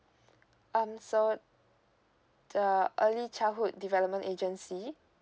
um so the early childhood development agency